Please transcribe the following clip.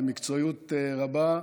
במקצועיות רבה,